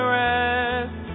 rest